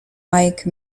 mike